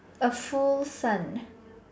a full sun